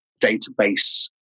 database